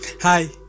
Hi